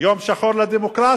יום שחור לדמוקרטיה.